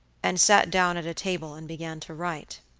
and sat down at a table and began to write.